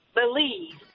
believe